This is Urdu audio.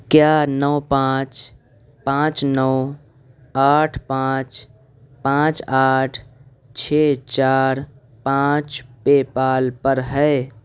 کیا نو پانچ پانچ نو آٹھ پانچ پانچ آٹھ چھ چار پانچ پے پال پر ہے